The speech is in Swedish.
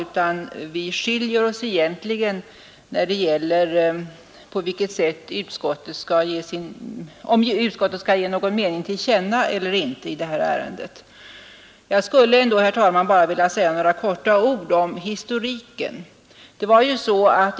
Vad som skiljer oss är huruvida utskottet i det här ärendet skall ge sin mening till känna eller inte. Jag skulle ändå, herr talman, bara vilja säga några få ord om själva historiken.